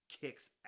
kicks